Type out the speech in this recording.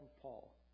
Paul